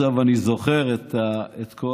אני זוכר את כל